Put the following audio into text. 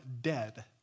dead